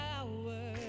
Power